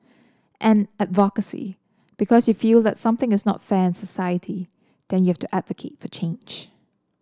and advocacy because you feel that something is not fair in society then you have to advocate for change